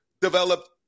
developed